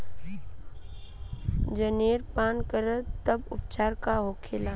जनेरा पान करी तब उपचार का होखेला?